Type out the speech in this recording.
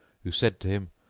who said to him,